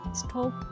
stop